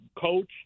coach